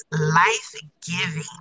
Life-giving